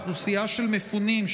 אוכלוסייה של מפונים,